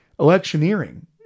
electioneering